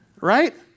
right